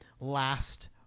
last